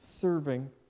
serving